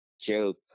joke